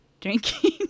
drinking